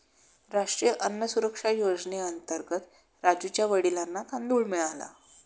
राष्ट्रीय अन्न सुरक्षा योजनेअंतर्गत राजुच्या वडिलांना तांदूळ मिळाला